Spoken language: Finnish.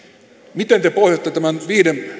miten te pohjaatte tämän viiden